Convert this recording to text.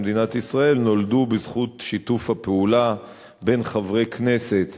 מדינת ישראל נולדו בזכות שיתוף הפעולה בין חברי כנסת